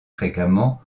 fréquemment